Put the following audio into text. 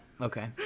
Okay